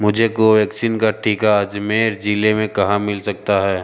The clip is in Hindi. मुझे कोवैक्सीन का टीका अजमेर जिले में कहाँ मिल सकता है